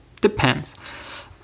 depends